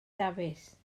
dafis